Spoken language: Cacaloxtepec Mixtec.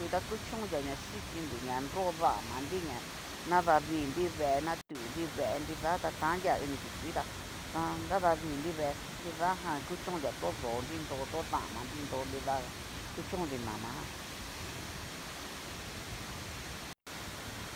Nru ta kuñonnria ña xhichinri ña nro damanriña naradavinri vee, natunri vee nrida ta tannria ini ti kuiita danravinri vee, nridajan kuchónnria tu dónri nro to damanri nro, nrida kuchónnri damanri nro nidajan kuchónnri namajan.